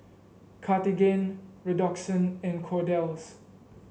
Cartigain Redoxon and Kordel's